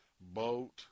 boat